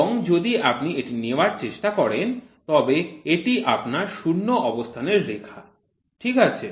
এবং যদি আপনি এটি নেওয়ার চেষ্টা করেন তবে এটি আপনার শূন্য অবস্থানের রেখা ঠিক আছে